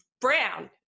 brown